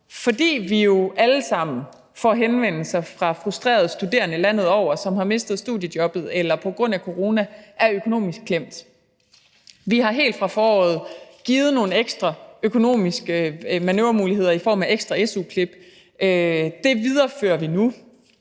fordi vi jo alle sammen får henvendelser fra frustrerede studerende landet over, som har mistet studiejobbet, eller som på grund af corona er økonomisk klemt. Vi har helt fra foråret givet nogle ekstra økonomiske manøvremuligheder i form af ekstra su-klip. Det viderefører vi nu,